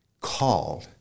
called